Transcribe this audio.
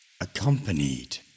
accompanied